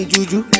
Juju